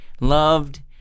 Loved